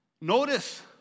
Notice